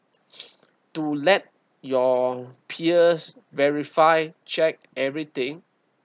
to let your peers verify check everything